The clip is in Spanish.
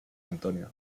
antonio